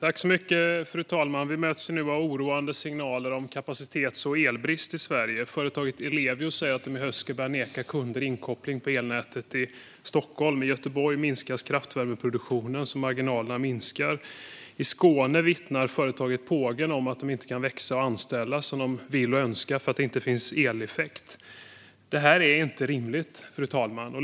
Fru talman! Vi möts nu av oroande signaler om kapacitets och elbrist i Sverige. Företaget Ellevio säger att de i höst ska börja neka kunder inkoppling på elnätet i Stockholm. I Göteborg minskas kraftvärmeproduktionen så att marginalerna minskar. I Skåne vittnar företaget Pågen om att de inte kan växa och anställa som de vill och önskar för att det inte finns eleffekt. Detta är inte rimligt, fru talman.